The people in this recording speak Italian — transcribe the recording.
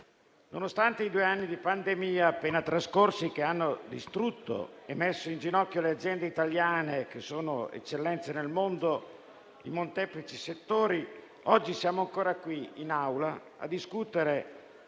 nonostante i due anni di pandemia appena trascorsi abbiano distrutto e messo in ginocchio le aziende italiane che sono eccellenze nel mondo in molteplici settori, oggi siamo ancora qui in Aula a discutere